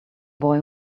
boy